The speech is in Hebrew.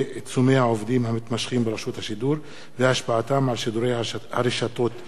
ברשות השידור והשפעתם על שידורי הרשתות השונות של רשות השידור,